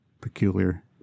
peculiar